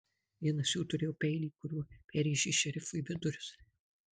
vienas jų turėjo peilį kuriuo perrėžė šerifui vidurius